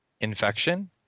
infection